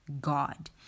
God